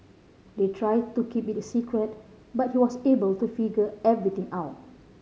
they tried to keep it a secret but he was able to figure everything out